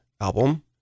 album